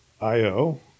I-O